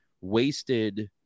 wasted